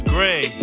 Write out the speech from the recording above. Gray